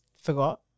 forgot